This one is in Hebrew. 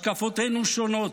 השקפותינו שונות.